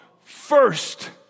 first